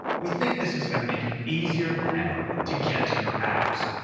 we think this is gonna make it easier than ever to get to your apps.